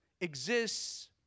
exists